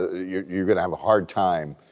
ah you're you're going to have a hard time